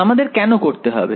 আমাদের কেন করতে হবে